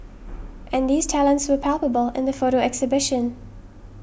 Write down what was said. and these talents were palpable in the photo exhibition